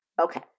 Okay